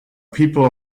people